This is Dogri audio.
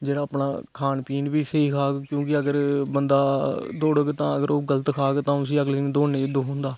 जेहडा अपना खान पीन बी ठीक खाग क्योकि अगर बंदा दौड़ग ता गै अगर ओह् गल्त खाग तां उसी अगले दिन दौड़ने दी दुख होंदा